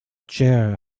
chair